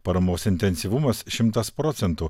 paramos intensyvumas šimtas procentų